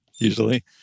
Usually